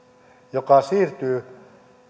joka siirtyy